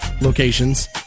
locations